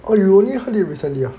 oh you only heard it recently ah